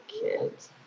kids